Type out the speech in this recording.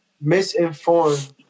misinformed